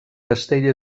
castell